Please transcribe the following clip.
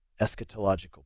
eschatological